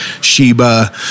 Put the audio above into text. Sheba